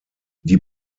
die